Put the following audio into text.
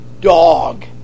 dog